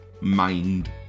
mind